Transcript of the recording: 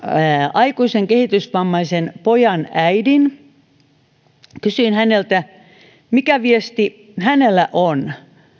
aikuisen kehitysvammaisen pojan äidin kysyin häneltä mikä viesti hänellä on